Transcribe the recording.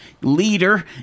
leader